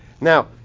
Now